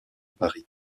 paris